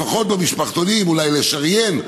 לפחות במשפחתונים אולי לשריין,